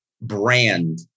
brand